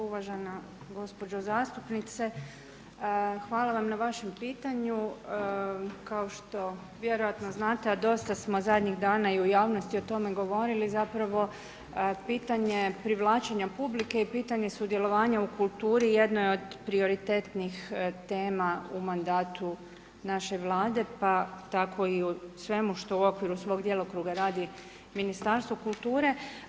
Uvažena gospođo zastupnice, hvala vam na vašem pitanju, kao što vjerojatno znate a dosta smo zadnjih dana i u javnosti o tome govorili zapravo pitanje privlačenja publike i pitanje sudjelovanja u kulturi jedno je od prioritetnih tema u mandatu naše Vlade pa tako i u svemu što u okviru svog djelokruga radi Ministarstvo kulture.